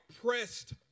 pressed